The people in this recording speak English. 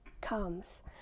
comes